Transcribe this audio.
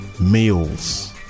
Meals